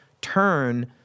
turn